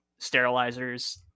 sterilizers